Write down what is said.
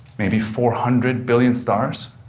maybe four hundred billion stars